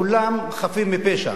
כולם חפים מפשע.